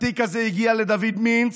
התיק הזה הגיע לדוד מינץ,